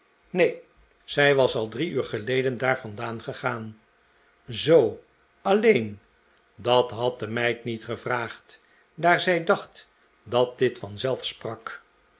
neen zij was al drie uur geleden daar vandaan gegaan zoo alleen dat had de meid niet gevraagd daar zij dacht dat dit